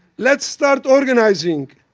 let's start organizing.